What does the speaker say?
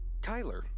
Kyler